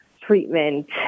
Treatment